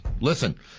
listen